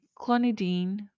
clonidine